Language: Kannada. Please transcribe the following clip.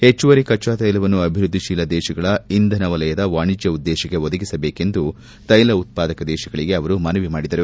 ಹೆಚ್ಚುವರಿ ಕಚ್ಚಾತೈಲವನ್ನು ಅಭಿವೃದ್ದಿಶೀಲ ದೇಶಗಳ ಇಂಧನವಲಯದ ವಾಣಿಜ್ಯ ಉದ್ದೇಶಕ್ಕೆ ಒದಗಿಸಬೇಕೆಂದು ತ್ವೆಲ ಉತ್ಪಾದಕ ದೇಶಗಳಿಗೆ ಅವರು ಮನವಿ ಮಾಡಿದರು